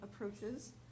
approaches